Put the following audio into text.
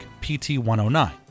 PT-109